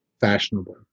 fashionable